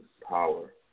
power